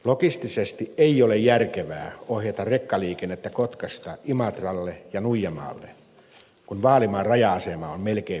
logistisesti ei ole järkevää ohjata rekkaliikennettä kotkasta imatralle ja nuijamaalle kun vaalimaan raja asema on melkein vieressä